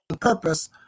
purpose